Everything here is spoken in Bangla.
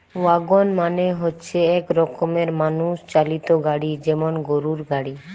ওয়াগন মানে হচ্ছে এক রকমের মানুষ চালিত গাড়ি যেমন গরুর গাড়ি